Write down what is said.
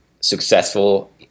successful